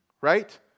right